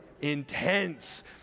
intense